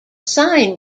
sign